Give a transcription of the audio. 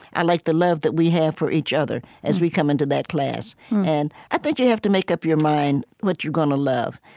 i like the love that we have for each other as we come into that class and i think that you have to make up your mind what you're going to love.